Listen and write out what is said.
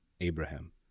Abraham